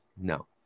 No